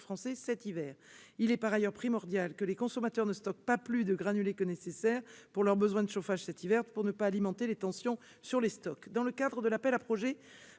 français cet hiver. Il est par ailleurs primordial que les consommateurs ne stockent pas plus de granulés que nécessaire pour leurs besoins de chauffage cet hiver, afin de ne pas alimenter les tensions sur les stocks. Dans le cadre de l'appel à projets